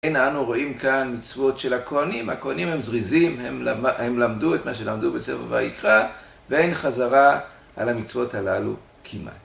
אין אנו רואים כאן מצוות של הכוהנים, הכוהנים הם זריזים, הם למדו את מה שלמדו בספר ויקרא, ואין חזרה על המצוות הללו כמעט.